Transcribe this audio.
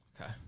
Okay